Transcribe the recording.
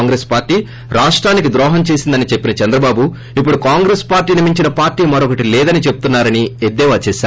Congress party రాష్టానికి ద్రోహం చేసిందని చెప్పిన చంద్రబాబు ఇప్పుడు కాంగ్రెస్ పార్టీని మించిన పార్టీ మరొకటి లేదని చెప్పున్నారని ఆయన ఎద్లేవా చేశారు